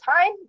time